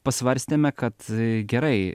pasvarstėme kad gerai